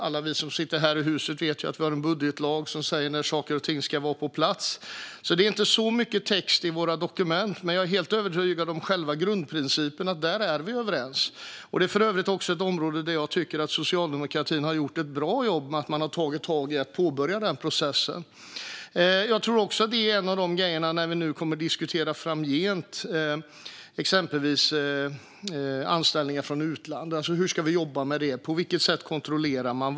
Alla som sitter här i huset vet ju att det finns en budgetlag som säger när saker och ting ska vara på plats. Det är inte så mycket text i dokumenten, men jag är helt övertygad om att vi är överens om själva grundprincipen. Jag tycker för övrigt att socialdemokratin har gjort ett bra jobb på detta område med att ta tag i att påbörja processen. Framgent kommer vi att diskutera exempelvis anställningar från utlandet. Hur ska vi jobba med detta? På vilket sätt kontrollerar man?